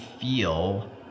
feel